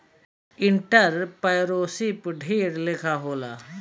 entrepreneurship ढेर लेखा के होला